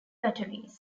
batteries